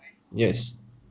yes